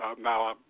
now